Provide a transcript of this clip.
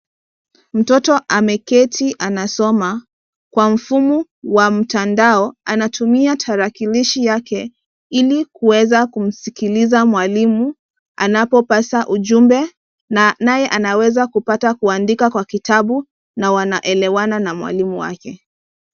Mtoto ameketi anasoma kwa mfumo wa mtandao. Anatumia tarakilishi yake ili kuweza kumsikiliza mwalimu anapopasa ujumbe. Naye anaweza kupata kuandika kwa kitabu na wanaelewana na mwalimu wake.